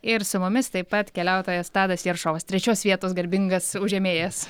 ir su mumis taip pat keliautojas tadas jeršovas trečios vietos garbingas užėmėjas